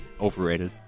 overrated